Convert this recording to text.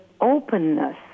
openness